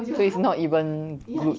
so it's not even glued to